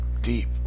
Deep